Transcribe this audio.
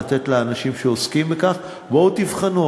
לתת לאנשים שעוסקים בכך: בואו תבחנו.